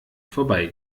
vorbei